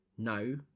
no